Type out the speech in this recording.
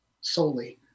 solely